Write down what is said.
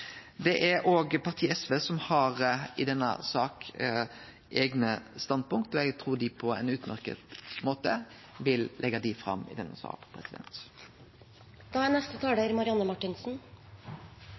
i denne innstillinga. Partiet SV har eigne standpunkt i denne saka, og eg trur dei på ein utmerkt måte vil leggje dei fram i denne salen. Først og fremst slutter jeg meg til takken til forslagsstillerne. Det er